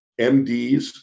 MDs